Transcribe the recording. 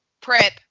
prep